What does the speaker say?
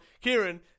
Kieran